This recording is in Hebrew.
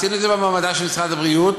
עשינו את זה במעבדה של משרד הבריאות,